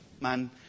man